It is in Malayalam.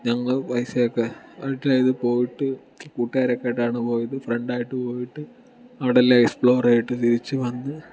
ഞങ്ങൾ പൈസയൊക്കെ കളക്റ്റ് ചെയ്ത് പോയിട്ട് കൂട്ടുകാരൊക്കെയായിട്ടാണ് പോയത് ഫ്രണ്ട് ഒക്കെ ആയിട്ട് പോയിട്ട് അവിടെയെല്ലാം എക്സ്പ്ലോർ ചെയ്തിട്ട് തിരിച്ച് വന്ന്